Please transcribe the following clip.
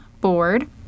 Board